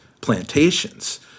plantations